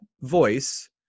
voice